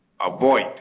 avoid